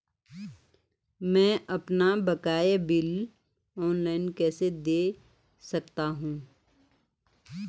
मैं अपना बकाया बिल ऑनलाइन कैसे दें सकता हूँ?